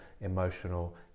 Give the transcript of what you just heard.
emotional